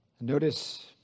Notice